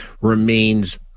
remains